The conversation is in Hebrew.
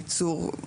ייצור,